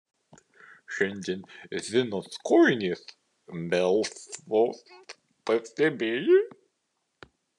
šiandien zinos kojinės melsvos pastebėjai